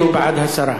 הוא בעד הסרה.